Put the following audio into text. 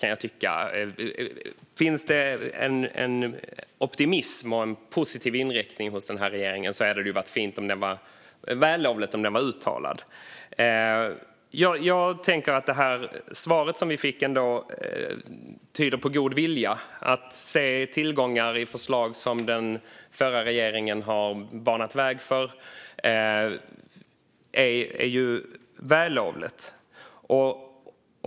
Om det finns en optimism och positiv inriktning hos regeringen hade det ju varit fint om den var uttalad. Jag tänker att svaret vi fick ändå tyder på god vilja. Att se tillgångar i förslag som den förra regeringen banat väg för är vällovligt.